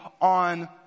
on